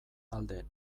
alde